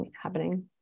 happening